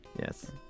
Yes